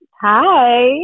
hi